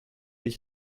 ich